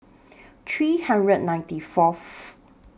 three hundred ninety Fourth